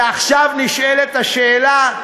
ועכשיו נשאלת השאלה,